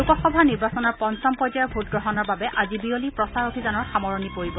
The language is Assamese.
লোকসভা নিৰ্বাচনৰ পঞ্চম পৰ্যায়ৰ ভোটগ্ৰহণৰ বাবে আজি বিয়লি প্ৰচাৰ অভিযানৰ সামৰণি পৰিব